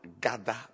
gather